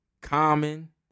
Common